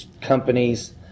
companies